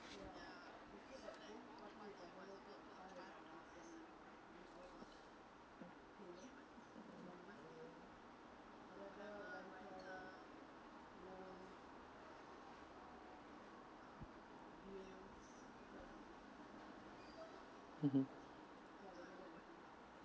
(uh huh)